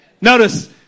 Notice